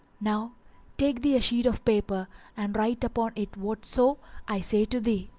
now take thee a sheet of paper and write upon it whatso i say to thee.